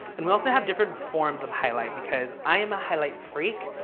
and we also have different forms of highlight because i am a highlight freak.